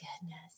goodness